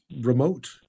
remote